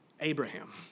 Abraham